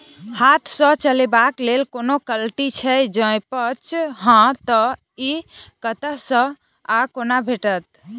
हाथ सऽ चलेबाक लेल कोनों कल्टी छै, जौंपच हाँ तऽ, इ कतह सऽ आ कोना भेटत?